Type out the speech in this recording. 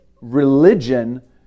religion